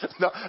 No